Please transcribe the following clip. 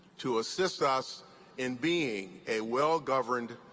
to assist us in being a well-governed,